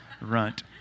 Runt